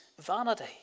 vanity